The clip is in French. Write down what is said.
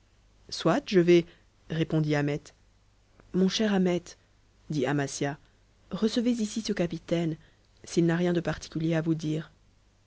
soit je vais répondit ahmet mon cher ahmet dit amasia recevez ici ce capitaine s'il n'a rien de particulier à vous dire